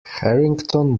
harrington